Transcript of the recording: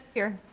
here.